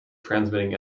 transmitting